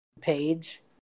page